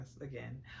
again